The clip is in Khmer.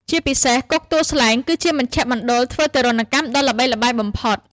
ជាពិសេសគុកទួលស្លែង គឺជាមជ្ឈមណ្ឌលធ្វើទារុណកម្មដ៏ល្បីល្បាញបំផុត។